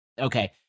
Okay